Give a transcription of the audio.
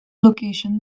location